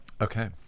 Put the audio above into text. okay